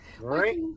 Right